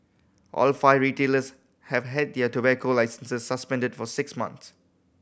all five retailers have had their tobacco licences suspended for six months